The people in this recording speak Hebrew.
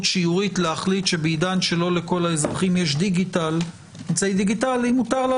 שיורית שבעידן שלא לכול האזרחים יש אמצעים דיגיטליים מותר לה